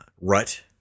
rut